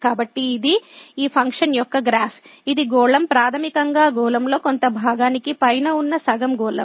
కాబట్టి ఇది ఈ ఫంక్షన్ యొక్క గ్రాఫ్ ఇది గోళం ప్రాథమికంగా గోళంలో కొంత భాగానికి పైన ఉన్న సగం గోళం